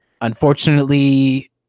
unfortunately